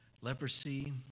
Leprosy